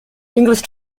english